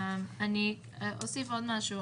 של מה?